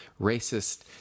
racist